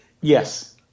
Yes